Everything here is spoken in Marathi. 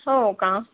हो का